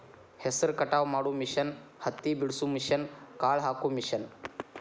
ಹೆಸರ ಕಟಾವ ಮಾಡು ಮಿಷನ್ ಹತ್ತಿ ಬಿಡಸು ಮಿಷನ್, ಕಾಳ ಹಾಕು ಮಿಷನ್